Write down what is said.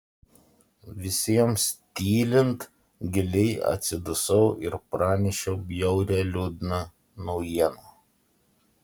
visiems tylint giliai atsidusau ir pranešiau bjaurią liūdną naujieną